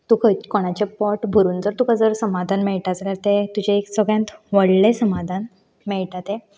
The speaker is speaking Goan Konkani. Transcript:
तुका कोणाचे पोट भरून जर तुका जर समाधान मेळटा जाल्यार तें तुजें एक सगळ्यांत व्हडलें समाधान मेळटा तें